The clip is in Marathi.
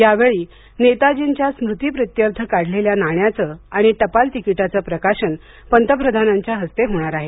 यावेळी नेताजींच्या स्मृतीप्रित्यर्थ काढलेल्या नाण्याचे आणि टपाल तिकीटाचे प्रकाशन पंतप्रधानांच्या हस्ते होणार आहे